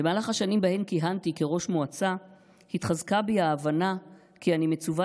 במהלך השנים שבהן כיהנתי כראש מועצה התחזקה בי ההבנה כי אני מצווה